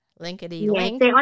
Linkity-link